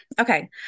Okay